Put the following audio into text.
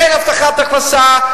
אין הבטחת הכנסה,